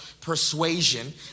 persuasion